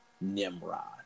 Nimrod